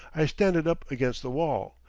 i stand it up against the wall,